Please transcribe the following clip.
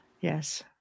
Yes